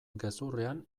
gezurrean